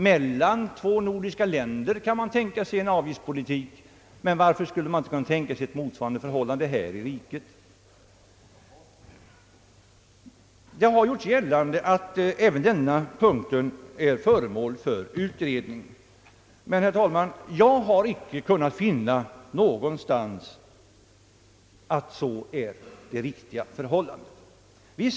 Mellan två nordiska länder kan man tänka sig en avgiftspolitik. Varför skall man inte kunna tänka sig ett motsvarande system här i riket? Det har gjorts gällande att även denna punkt är föremål för utredning. Men, herr talman, jag har icke kunnat finna någonstans att så är fallet.